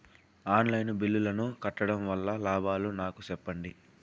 On line బిల్లుల ను కట్టడం వల్ల లాభాలు నాకు సెప్పండి?